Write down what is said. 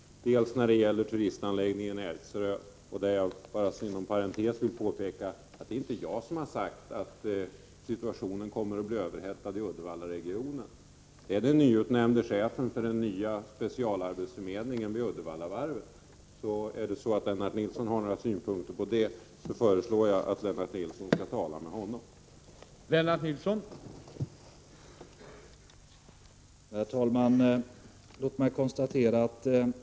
Den ena gäller turistanläggningen Ertseröd. Inom parentes vill jag påpeka att det inte är jag som sagt att situationen kommer att bli överhettad i Uddevallaregionen. Det är den nyutnämnde chefen för den nya specialarbetsförmedlingen vid Uddevallavarvet som har sagt detta. Har Lennart Nilsson några synpunkter på saken föreslår jag att Lennart Nilsson talar med chefen i fråga.